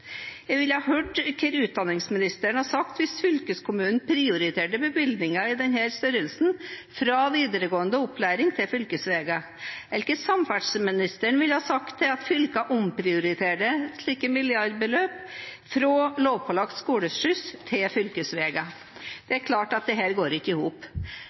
Jeg ville gjerne hørt hva utdanningsministeren hadde sagt hvis fylkeskommunene omprioriterte bevilginger i denne størrelsen fra videregående opplæring til fylkesveger, eller hva samferdselsministeren ville sagt til at fylkene omprioriterte slike milliardbeløp fra lovpålagt skoleskyss til fylkesveger. Det er klart at dette ikke går i hop.